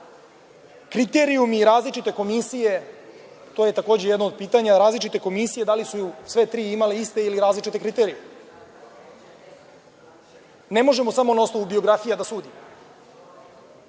kriterijumi i različite komisije, to je takođe jedno od pitanja različite komisije da li su sve tri imale iste ili različite kriterijume. Ne možemo samo na osnovu biografija da sudimo.